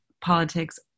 Politics